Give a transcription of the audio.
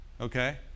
Okay